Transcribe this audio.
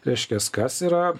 reiškias kas yra